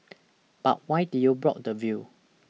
but why did you block the view